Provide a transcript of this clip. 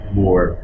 more